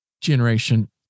generation